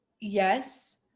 yes